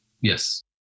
yes